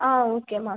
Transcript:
ah okay ma'am